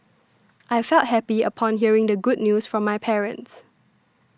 I felt happy upon hearing the good news from my parents